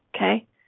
Okay